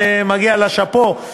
מגיע לה שאפּוֹ.